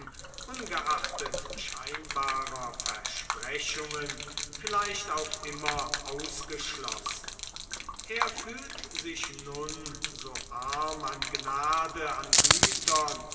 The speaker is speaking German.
ungeachtet scheinbarer versprechungen vielleicht auf immer ausgeschlossen er fühlt sich nun so arm an gnade an gütern